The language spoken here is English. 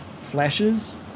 flashes